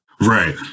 right